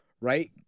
right